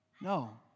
No